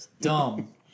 Dumb